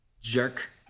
jerk